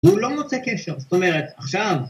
‫הוא לא מוצא קשר. זאת אומרת, ‫עכשיו...